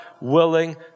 willing